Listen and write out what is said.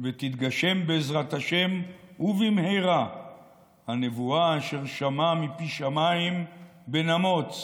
ותתגשם בעזרת השם ובמהרה / הנבואה אשר שמע מפי שמיים / בן אמוץ